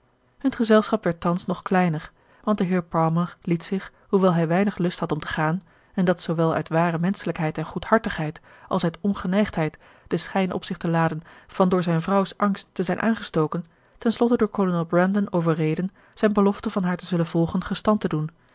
hun gezelschap werd thans nog kleiner want de heer palmer liet zich hoewel hij weinig lust had om te gaan en dat zoowel uit ware menschelijkheid en goedhartigheid als uit ongeneigdheid den schijn op zich te laden van door zijn vrouw's angst te zijn aangestoken ten slotte door kolonel brandon overreden zijn belofte van haar te zullen volgen gestand te doen